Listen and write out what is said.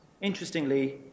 Interestingly